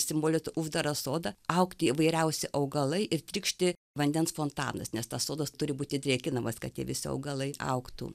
simbolis uždarą sodą augti įvairiausi augalai ir trykšti vandens fontanas nes tas sodas turi būti drėkinamas kad tie visi augalai augtų